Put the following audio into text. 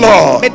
Lord